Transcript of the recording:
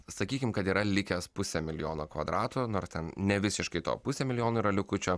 sakykim kad yra likęs pusė milijono kvadrato na ar ten nevisiškai to pusė milijono yra likučio